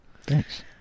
Thanks